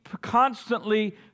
constantly